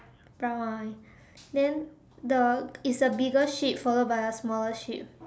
brown one then the it's a bigger sheep followed by a smaller sheep